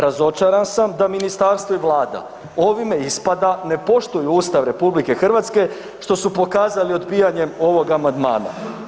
Razočaran sam da ministarstvo i Vlada ovime ispada ne poštuju Ustav RH što su pokazali odbijanjem ovog amandmana.